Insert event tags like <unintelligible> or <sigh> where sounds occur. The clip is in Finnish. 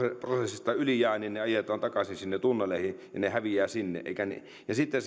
prosessista yli jää ajetaan takaisin sinne tunneleihin niin ne häviävät sinne sitten <unintelligible>